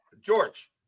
George